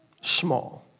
small